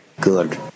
good